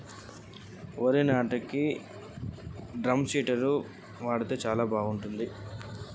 వరి నాటుకు ఎటువంటి యంత్రాలను ఉపయోగించాలే?